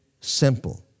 simple